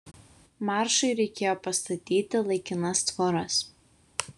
maršui reikėjo pastatyti laikinas tvoras